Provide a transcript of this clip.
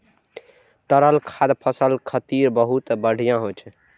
तरल खाद फसल खातिर बहुत बढ़िया होइ छै